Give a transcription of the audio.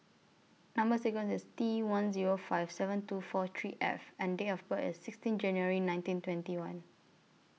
Number sequence IS T one Zero five seven two four three F and Date of birth IS sixteen January nineteen twenty one